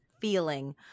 feeling